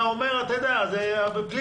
אתה אומר שזה פלילי.